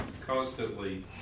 constantly